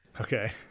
Okay